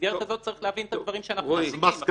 במסגרת הזאת צריך להבין את הדברים שאנחנו אומרים.